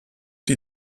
die